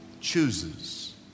chooses